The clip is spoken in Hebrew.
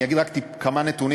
אני אגיד רק כמה נתונים: